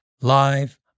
live